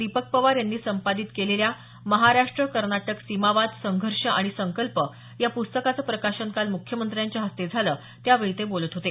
दीपक पवार यांनी संपादित केलेल्या महाराष्ट्र कर्नाटक सीमावाद संघर्ष आणि संकल्प या पुस्तकाचं प्रकाशन काल मुख्यमंत्र्यांच्या हस्ते झालं त्यावेळी ते बोलत होते